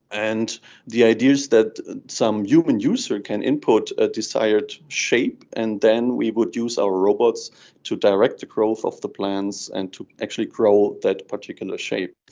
and the idea is that some human user can imput a desired shape and then we would use our robots to direct the growth of the plants and to actually grow that particular shape.